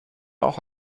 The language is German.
auch